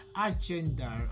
agenda